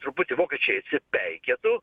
truputį vokiečiai atsipeikėtų